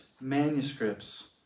manuscripts